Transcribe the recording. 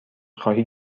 خواهی